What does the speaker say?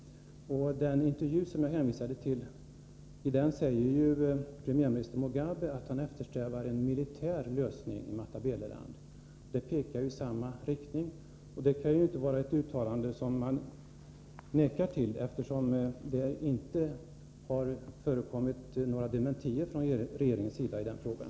I den intervju som jag hänvisade till säger premiärminister Mugabe att han eftersträvar en militär lösning i Matabeleland. Dessa trygghet i Latinamerika uttalanden pekar i samma riktning. Det kan inte vara uttalanden som man nekar till, eftersom det inte har förekommit några dementier från regeringens sida i frågan.